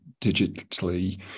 digitally